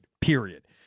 Period